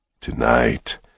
Tonight